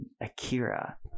Akira